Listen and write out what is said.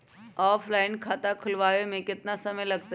Offline खाता खुलबाबे में केतना समय लगतई?